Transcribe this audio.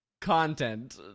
content